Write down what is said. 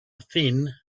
thin